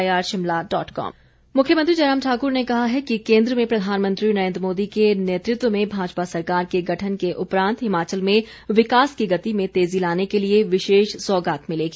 मुख्यमंत्री मुख्यमंत्री जयराम ठाकुर ने कहा है कि केन्द्र में प्रधानमंत्री नरेन्द्र मोदी के नेतृत्व में भाजपा सरकार के गठन के उपरांत हिमाचल में विकास की गति में तेजी लाने के लिए विशेष सौगात मिलेगी